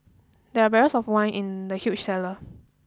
there were barrels of wine in the huge cellar